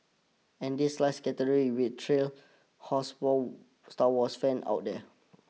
and this last category will thrill houseproud Star Wars fans out there